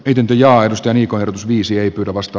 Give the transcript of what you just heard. pidentyy ja arvosteli korotus viisi ei pidä vasta